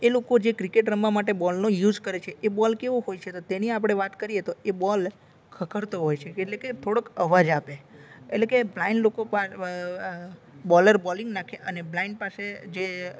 એ લોકો જે ક્રિકેટ રમવા માટે બોલનો યુઝ કરે છે એ બોલ કેવો હોય છે તો તેની આપણે વાત કરીએ તો એ બોલ ખખડતો હોય છે એટલે કે થોડોક અવાજ આપે એટલે કે બ્લાઈન્ડ લોકો બોલર બોલિંગ નાખે અને બ્લાઇન્ડ પાસે જે